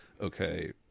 okay